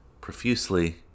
profusely